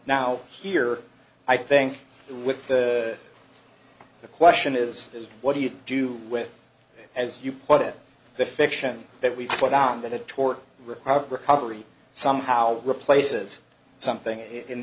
now here i think the whip the question is is what do you do with as you put it the fiction that we put out that a tort recovery somehow replaces something in